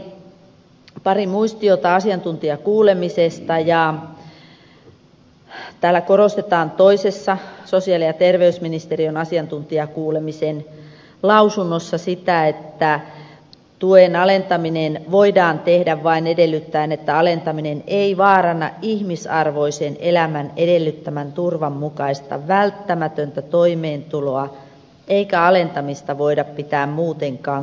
poimin pari muistiota asiantuntijakuulemisesta ja täällä toisessa sosiaali ja terveysministeriön asiantuntijakuulemisen lausunnossa korostetaan sitä että tuen alentaminen voidaan tehdä vain edellyttäen että alentaminen ei vaaranna ihmisarvoisen elämän edellyttämän turvan mukaista välttämätöntä toimeentuloa eikä alentamista voida pitää muutenkaan kohtuuttomana